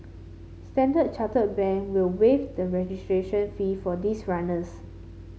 Standard Chartered Bank will waive the registration fee for these runners